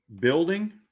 building